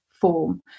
form